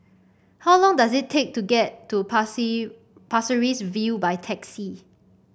how long does it take to get to Pasir Ris View by taxi